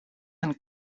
een